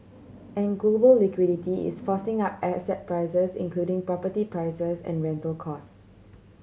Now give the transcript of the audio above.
and global liquidity is forcing up a asset prices including property prices and rental costs